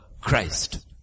Christ